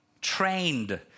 trained